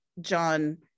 john